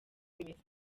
bimeze